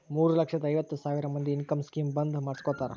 ಮೂರ ಲಕ್ಷದ ಐವತ್ ಸಾವಿರ ಮಂದಿ ಇನ್ಕಮ್ ಸ್ಕೀಮ್ ಬಂದ್ ಮಾಡುಸ್ಕೊಂಡಾರ್